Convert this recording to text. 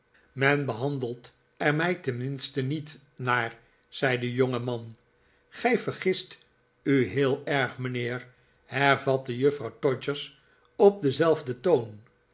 men behandelt er mij tenminste niet naar zei de jongeman gij vergist u heel erg mijnheer hervatte juffrouw todgers op denzelfden toon